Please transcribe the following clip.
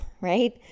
right